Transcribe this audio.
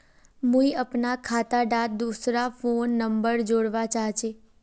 मुई अपना खाता डात दूसरा फोन नंबर जोड़वा चाहची?